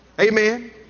Amen